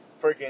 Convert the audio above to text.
freaking